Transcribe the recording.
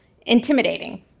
intimidating